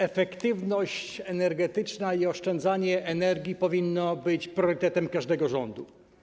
Efektywność energetyczna i oszczędzanie energii powinny być priorytetem każdego rządu.